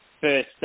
first